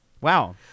Wow